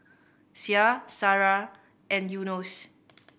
Syah Sarah and Yunos